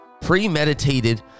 premeditated